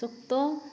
ᱥᱚᱠᱛᱚ